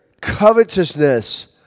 covetousness